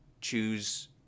choose